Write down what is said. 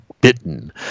bitten